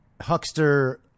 huckster